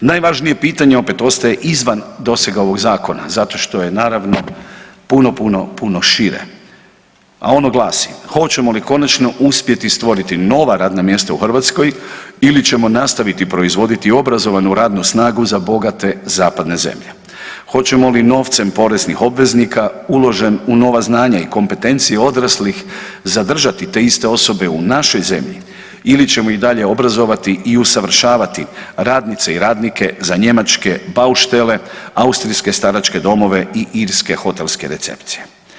Najvažnije pitanje opet ostaje izvan dosega ovog zakona zato što je naravno puno, puno, puno šire, a ono glasi, hoćemo li konačno uspjeti stvoriti nova radna mjesta u Hrvatskoj ili ćemo nastaviti proizvoditi obrazovanu radnu snagu za bogate zapadne zemlje, hoćemo li novcem poreznih obveznika uložen u nova znanja i kompetencije odraslih zadržati te iste osobe u našoj zemlji ili ćemo ih i dalje obrazovati i usavršavati radnice i radnike za njemačke bauštele, austrijske staračke domove i irske hotelske recepcije?